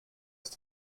ist